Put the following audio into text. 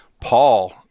Paul –